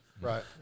right